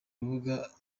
rubuga